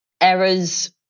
errors